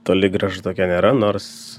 toli gražu tokia nėra nors